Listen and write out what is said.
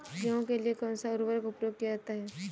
गेहूँ के लिए कौनसा उर्वरक प्रयोग किया जाता है?